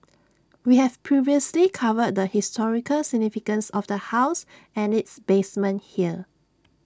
we have previously covered the historical significance of the house and its basement here